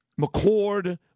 McCord